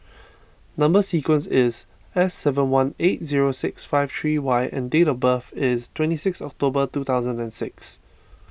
Number Sequence is S seven one eight zero six five three Y and date of birth is twenty six October two thousand and six